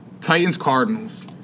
Titans-Cardinals